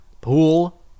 pool